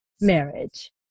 marriage